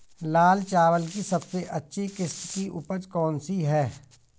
लाल चावल की सबसे अच्छी किश्त की उपज कौन सी है?